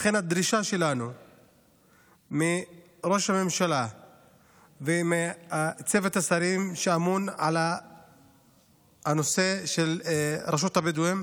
לכן הדרישה שלנו מראש הממשלה ומצוות השרים שאמון על הנושא של רשות הבדואים